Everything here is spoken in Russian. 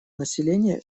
населения